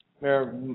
Mayor